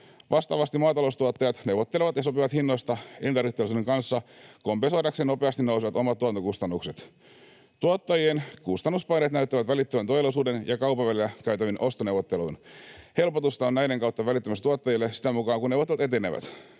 Vastaavasti maataloustuottajat neuvottelevat ja sopivat hinnoista elintarviketeollisuuden kanssa kompensoidakseen nopeasti nousevat omat tuotantokustannukset. Tuottajien kustannuspaineet näyttävät välittyvän teollisuuden ja kaupan välillä käytäviin ostoneuvotteluihin. Helpotusta on näiden kautta välittymässä tuottajille sitä mukaa kuin ne etenevät.